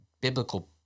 biblical